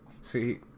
see